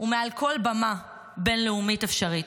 ומעל כל במה בין-לאומית אפשרית.